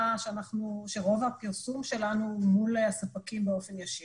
שרוב הפרסום שלנו הוא מול הספקים באופן ישיר.